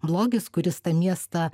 blogis kuris tą miestą